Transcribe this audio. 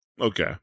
Okay